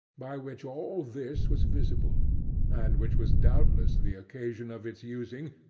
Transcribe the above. by which all this was visible and which was doubtless the occasion of its using,